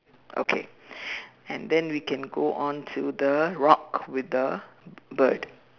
okay and then we can go on to the rock with the bird